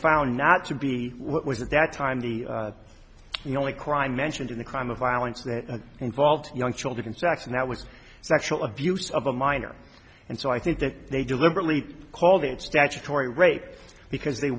found not to be what was at that time the only crime mentioned in the crime of violence that involved young children sex and that was sexual abuse of a minor and so i think that they deliberately called it statutory rape because they